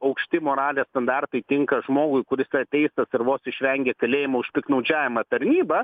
aukšti moralės standartai tinka žmogui kuris ateis ir vos išvengė kalėjimo už piktnaudžiavimą tarnyba